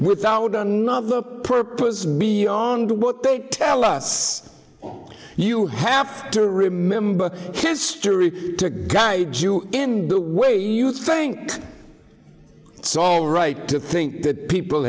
without another purpose beyond what they tell us or you have to remember history to guide you in the way you think it's all right to think that people